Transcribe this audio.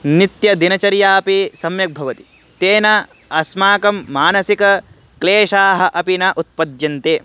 नित्यदिनचर्यापि सम्यक् भवति तेन अस्माकं मानसिकक्लेशाः अपि न उत्पद्यन्ते